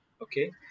Okay